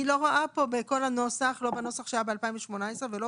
אני לא רואה פה ולא בכל הנוסח שהיה ב-2018 ולא